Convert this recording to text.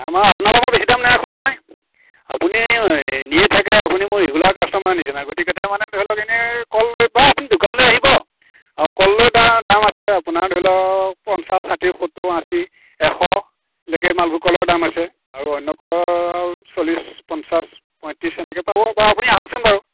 আমাৰ আপোনাৰপৰা বেছি দাম নাৰাখোঁ নহয় আপুনি এই নিয়েই থাকে আপুনি মোৰ ৰেগুলাৰ কাষ্টমাৰৰ নিচিনা গতিকে তেওঁ মানে ধৰি লওক এনেই কল লৈ বা আপুনি দোকানলৈ আহিব আৰু কল লৈ দাম দাম আছে আপোনাৰ ধৰি লওক পঞ্চাছ ষাঠি সত্তোৰ আশী এশলৈকে মালভোগ কলৰ দাম আছে আৰু অন্য় কলৰ চল্লিছ পঞ্চাছ পয়ত্ৰিছ এনেকৈ পাব বা আপুনি আহকচোন বাৰু